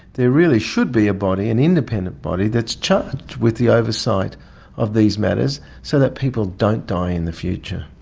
there really should be a body, an independent body that's charged with the oversight of these matters so that people don't die in the future.